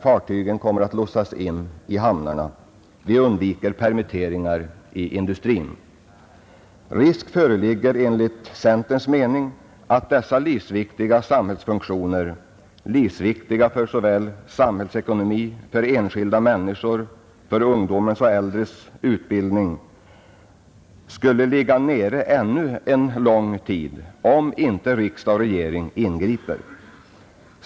Fartygen kommer att lotsas in i hamnarna. Vi undviker permitteringar i industrin. Risk föreligger, enligt centerns mening, att livsviktiga samhällsfunktioner — livsviktiga för vår samhällsekonomi, för enskilda människor och för ungdomens och inte minst vuxnas utbildning — skulle ligga nere ännu en lång tid, om inte riksdag och regering ingriper.